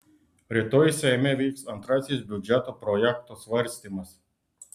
rytoj seime vyks antrasis biudžeto projekto svarstymas